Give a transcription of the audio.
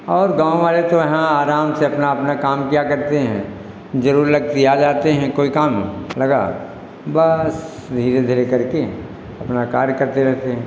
और गाँव वाले तो यहाँ आराम से अपना अपना काम किया करते हैं जरुर लगती आ जाते हैं कोई काम लगा बस धीरे धीरे करके अपना कार्य करते रहते हैं